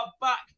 back